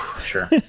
Sure